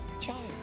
child